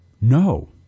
No